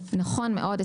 נכון מאוד,